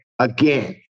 again